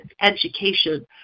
education